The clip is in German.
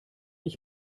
ich